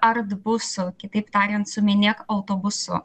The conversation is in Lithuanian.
artbusu kitaip tariant sumenėk autobusu